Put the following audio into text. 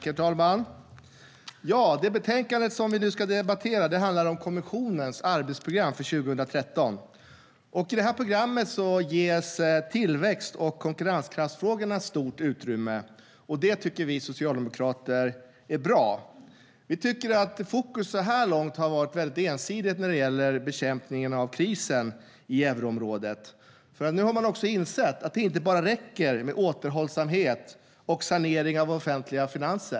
Herr talman! Det betänkande som vi debatterar handlar om kommissionens arbetsprogram för 2013. I programmet ges tillväxt och konkurrenskraftsfrågorna stort utrymme, vilket vi socialdemokrater tycker är bra. Fokus har så här långt ensidigt varit på bekämpningen av krisen i euroområdet, men nu har man insett att det inte räcker med återhållsamhet och sanering av offentliga finanser.